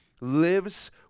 lives